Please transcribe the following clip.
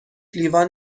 لیوان